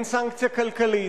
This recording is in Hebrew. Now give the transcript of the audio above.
אין סנקציה כלכלית.